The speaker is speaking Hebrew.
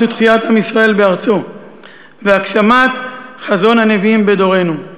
ולתחיית עם ישראל בארצו ולהגשמת חזון הנביאים בדורנו.